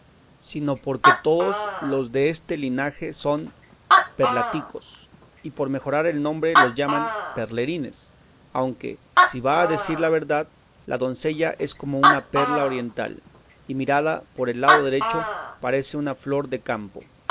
sino porque todos los deste linaje son perláticos y por mejorar el nombre los llaman perlerines aunque si va decir la verdad la doncella es como una perla oriental y mirada por el lado derecho parece una flor del campo